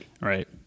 Right